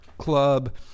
club